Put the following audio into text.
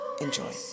Enjoy